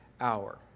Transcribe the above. hour